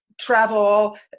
travel